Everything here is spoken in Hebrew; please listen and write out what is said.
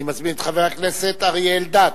אני מזמין את חבר הכנסת אריה אלדד